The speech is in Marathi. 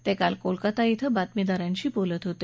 ते काल कोलकाता क्विं बातमीदारांशी बोलत होते